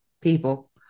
people